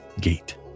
gate